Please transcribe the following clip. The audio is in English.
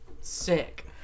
Sick